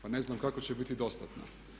Pa ne znam kako će biti dostatna?